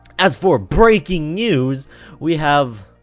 as for breaking news we have